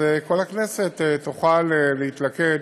כל הכנסת תוכל להתלכד